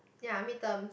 ya midterms